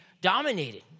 dominated